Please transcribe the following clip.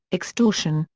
extortion,